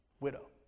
widow